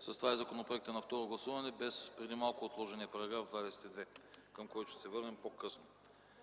с това и законопроектът на второ гласуване, без преди малко отложения § 22, към който ще се върнем по-късно.